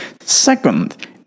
Second